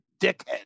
dickhead